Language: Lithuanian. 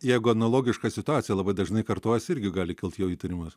jeigu analogiška situacija labai dažnai kartojas irgi gali kilt jau įtarimas